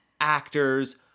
actors